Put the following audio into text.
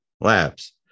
labs